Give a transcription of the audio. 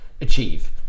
achieve